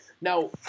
now